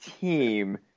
team